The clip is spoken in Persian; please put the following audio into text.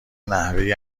نحوه